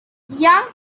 young